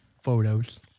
photos